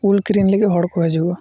ᱩᱞ ᱠᱤᱨᱤᱧ ᱞᱟᱹᱜᱤᱫ ᱦᱚᱲᱠᱚ ᱦᱤᱡᱩᱜᱚᱼᱟ